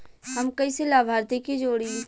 हम कइसे लाभार्थी के जोड़ी?